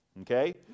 Okay